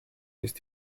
ist